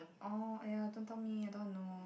orh ya don't tell me I don't want to know